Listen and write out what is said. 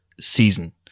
season